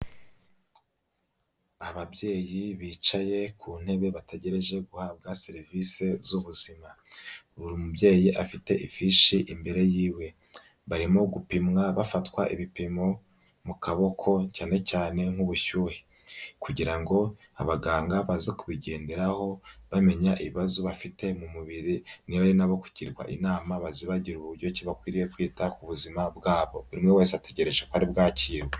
Ababyeyi bicaye ku ntebe bategereje guhabwa serivisi z'ubuzima. Buri mubyeyi afite ifishi imbere yiwe. Barimo gupimwa bafatwa ibipimo mu kaboko cyane cyane nk'ubushyuhe kugira ngo abaganga baze kubigenderaho bamenya ibibazo bafite mu mubiri. Niba ari n'abo kugirwa inama bazibagire uburyo ki bakwiriye kwita ku buzima bwabo. Buri umwe wese ategereje ko aribwakirwe.